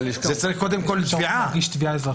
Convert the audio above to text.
צריך קודם כול תביעה -- צריך להגיש תביעה אזרחית.